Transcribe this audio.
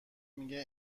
میگه